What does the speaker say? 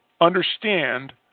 understand